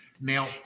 Now